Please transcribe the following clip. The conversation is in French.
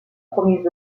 premiers